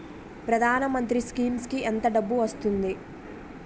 ప్రధాన మంత్రి స్కీమ్స్ కీ ఎంత డబ్బు వస్తుంది?